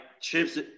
chips